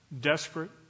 Desperate